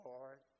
Lord